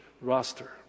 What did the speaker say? roster